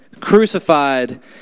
Crucified